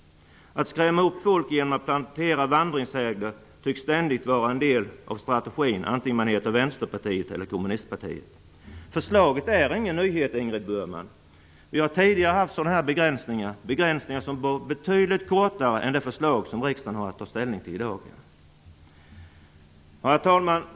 Att skrämma upp folk genom att plantera vandringssägner tycks ständigt vara en del av strategin vare sig man är ett vänsterparti eller ett kommunistparti. Förslaget är ingen nyhet, Ingrid Burman. Vi har tidigare haft sådana begränsningar, begränsningar som då innebar betydligt kortare tid än det förslag som riksdagen har att ta ställning till i dag. Herr talman!